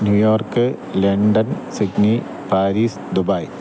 New York London Sydney Paris Dubai